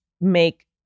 make